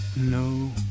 No